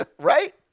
Right